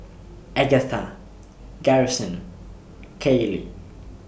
Agatha Garrison Kaylie